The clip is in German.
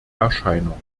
erscheinung